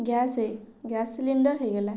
ଗ୍ୟାସେ gas cylinder ହୋଇଗଲା